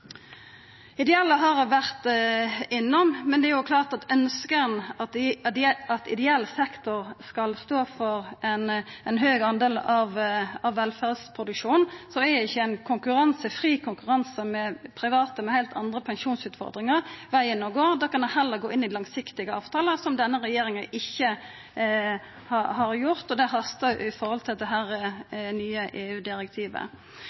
ideelle har eg vore innom. Det er klart at ønskjer ein at ideell sektor skal stå for ein stor del av velferdsproduksjonen, så er ikkje ein fri konkurranse med private med heilt andre pensjonsutfordringar vegen å gå. Då kan ein heller gå inn i langsiktige avtalar, som denne regjeringa ikkje har gjort. Det hastar med tanke på det